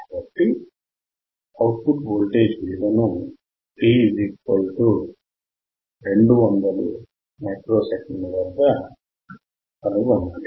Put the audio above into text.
కాబట్టి output voltage విలువను t 200 మైక్రోసెకన్ల వద్ద కనుగొనాలి